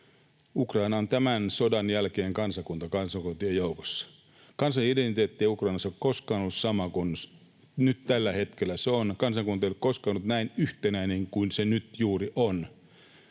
Ukraina on tämän sodan jälkeen kansakunta kansakuntien joukossa. Kansan identiteetti ei Ukrainassa ole koskaan ollut sama kuin nyt tällä hetkellä. Kansakunta ei ole koskaan ollut näin yhtenäinen kuin se juuri nyt